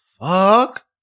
fuck